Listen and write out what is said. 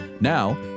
Now